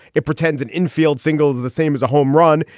it pretends an infield singles the same as a homerun.